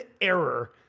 error